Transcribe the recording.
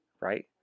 right